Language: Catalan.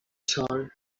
sol